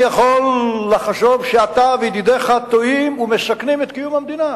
אני יכול לחשוב שאתה וידידיך טועים ומסכנים את קיום המדינה.